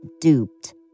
Duped